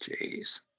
Jeez